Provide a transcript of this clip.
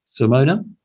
Simona